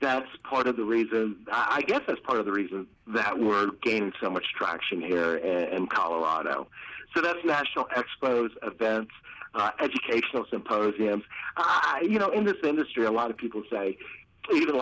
that's quite of the reason i guess that's part of the reason that word gained so much traction here and colorado so that national expos at bent's educational symposium i you know in this industry a lot of people say even